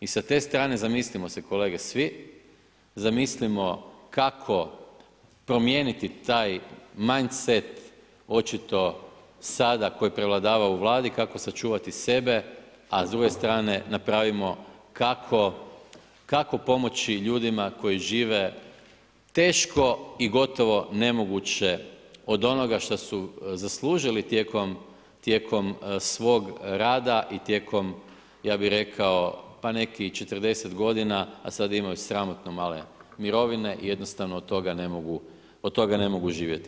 I sa te strane zamislimo se kolege svi, zamislimo kako promijeniti taj mind set očito sada koji prevladava u Vladi, kako sačuvati sebe, a s druge strane napravimo kako pomoći ljudima koji žive teško i gotovo nemoguće od onoga šta su zaslužili tijekom svog rada i tijekom, ja bih rekao, pa neki i 40 godina, a sad imaju sramotno male mirovine i jednostavno od toga ne mogu živjeti.